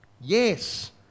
Yes